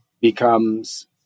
becomes